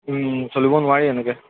চলিব নোৱাৰি এনেকৈ